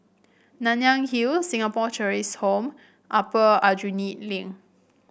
Nanyang Hill Singapore Cheshire Home Upper Aljunied Link